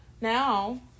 now